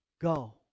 go